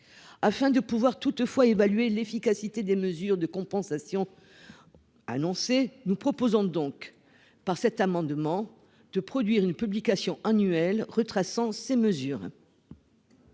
Afin de pouvoir toutefois évaluer l'efficacité des mesures de compensation. Annoncée. Nous proposons donc par cet amendement de produire une publication annuelle retraçant ces mesures.